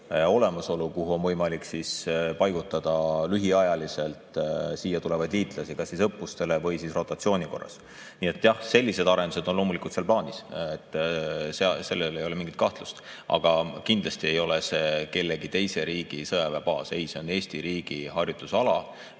olemasolu, kuhu on võimalik paigutada lühiajaliselt siia kas siis õppustele või rotatsiooni korras tulevaid liitlasi. Nii et jah, sellised arendused on loomulikult seal plaanis, selles ei ole mingit kahtlust. Aga kindlasti ei ole see mõne teise riigi sõjaväebaas. Ei, see on Eesti riigi harjutusala,